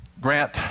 Grant